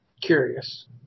Curious